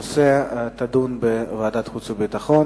הנושא יידון בוועדת החוץ והביטחון.